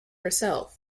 herself